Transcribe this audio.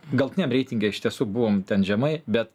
galutiniam reitinge iš tiesų buvom ten žemai bet